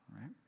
right